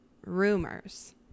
rumors